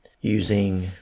using